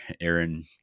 Aaron